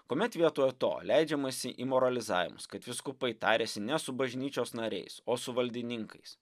kuomet vietoj to leidžiamasi į moralizavimus kad vyskupai tariasi ne su bažnyčios nariais o su valdininkais